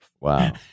Wow